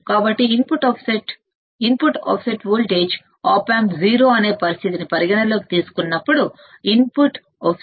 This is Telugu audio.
కాబట్టి input offset voltage op ampసున్నా అనే పరిస్థితిని పరిగణనలోకి తీసుకున్నప్పుడు ఇన్పుట్ ఆఫ్సెట్ కరెంట్ కొలవవచ్చు